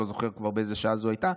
אני כבר לא זוכר באיזו שעה זה היה,